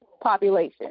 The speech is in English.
population